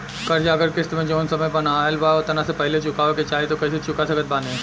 कर्जा अगर किश्त मे जऊन समय बनहाएल बा ओतना से पहिले चुकावे के चाहीं त कइसे चुका सकत बानी?